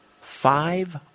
five